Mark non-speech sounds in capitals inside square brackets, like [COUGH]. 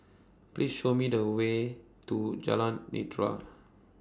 Please Show Me The Way to Jalan Nidra [NOISE]